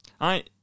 I